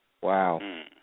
Wow